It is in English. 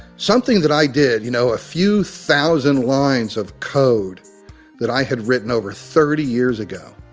something that i did, you know, a few thousand lines of code that i had written over thirty years ago